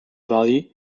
valley